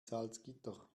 salzgitter